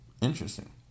Interesting